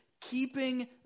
keeping